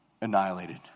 annihilated